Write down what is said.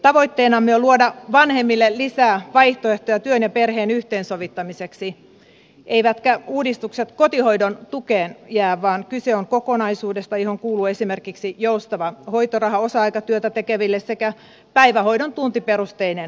tavoitteenamme on luoda vanhemmille lisää vaihtoehtoja työn ja perheen yhteensovittamiseksi eivätkä uudistukset kotihoidon tukeen jää vaan kyse on kokonaisuudesta johon kuuluvat esimerkiksi joustava hoitoraha osa aikatyötä tekeville sekä päivähoidon tuntiperusteinen maksu